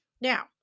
now